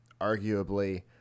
arguably